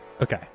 Okay